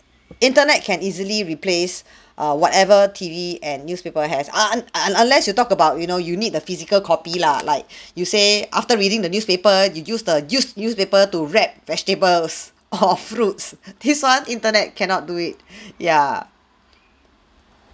internet can easily replace err whatever T_V and newspaper has un~ un~ unless you talk about you know you need a physical copy lah like you say after reading the newspaper you use the used newspaper to wrap vegetables or fruits this one internet cannot do it ya